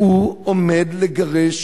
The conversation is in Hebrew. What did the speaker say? שהוא עומד לגרש